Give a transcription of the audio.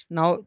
Now